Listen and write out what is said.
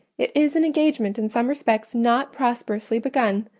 it is an engagement in some respects not prosperously begun,